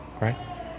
right